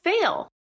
fail